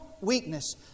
weakness